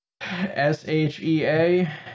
S-H-E-A